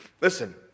Listen